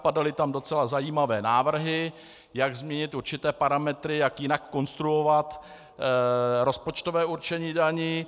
Padaly tam docela zajímavé návrhy, jak změnit určité parametry, jak jinak konstruovat rozpočtové určení daní.